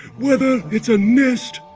whether it's a nest,